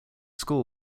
school